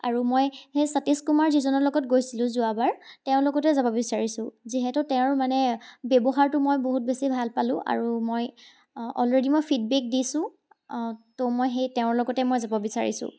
আৰু মই সেই সতীশ কুমাৰ যিজনৰ লগত গৈছিলোঁ যোৱাবাৰ তেওঁৰ লগতে যাব বিচাৰিছোঁ যিহেতু তেওঁৰ মানে ব্যৱহাৰটো মই বহুত বেছি ভাল পালোঁ আৰু মই অলৰেডি মই ফিডবেক দিছোঁ তো মই সেই তেওঁৰ লগতে মই যাব বিচাৰিছোঁ